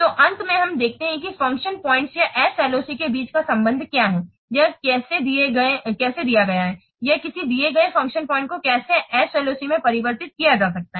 तो अंत में हम देखते हैं कि फ़ंक्शन पॉइंट या SLOC के बीच का संबंध क्या है या कैसे दिया गया है या किसी दिए गए फ़ंक्शन पॉइंट को कैसे SLOC में परिवर्तित किया जा सकता है